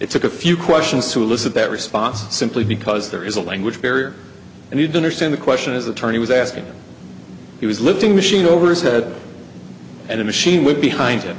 it took a few questions to elicit that response simply because there is a language barrier and you don't understand the question as attorney was asking he was lifting machine over his head and a machine would behind him